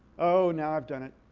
oh. now i've done it.